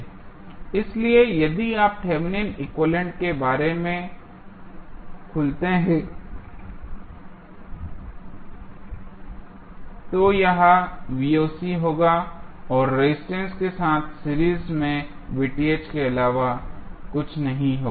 इसलिए यदि आप थेवेनिन एक्विवैलेन्ट के बराबर खुलते हैं तो यह होगा और रेजिस्टेंस के साथ सीरीज में के अलावा कुछ भी नहीं है